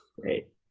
Great